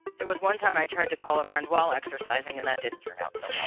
there was one time i tried to call a friend while exercising and that didn't turn out so well.